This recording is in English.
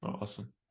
awesome